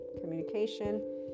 communication